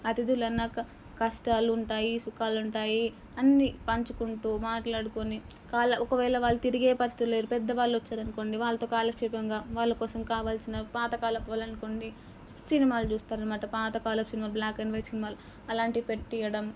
అతిధులన్నాక కష్టాలుంటాయి సుఖాలుంటాయి అన్నీ పంచుకుంటూ మాట్లాడుకుని ఒకవేళ వాళ్ళు తిరిగే పరిస్థితిలో లేరు పెద్దవాళ్ళు వొచ్చారనుకోండి వాళ్ళతో కాలక్షేపంగా వాళ్ళ కోసం కావాల్సిన పాత కాలపు వాళ్ళనుకోండి సినిమాలు చూస్తారని మాట పాత కాలం సినిమాలు బ్ల్యాక్ అండ్ వైట్ సినిమాలు అలాంటివి పెట్టీయడం